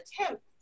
attempt